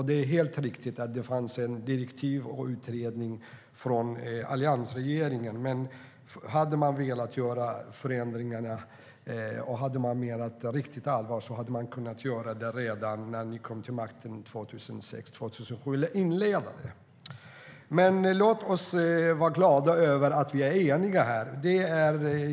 Det är helt riktigt att det fanns direktiv och att en utredning gjordes under alliansregeringen, men om ni hade menat allvar på riktigt hade ni kunnat inleda dessa förändringar redan när ni kom till makten 2006-2007. Låt oss vara glada över att vi är eniga.